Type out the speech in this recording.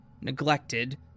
neglected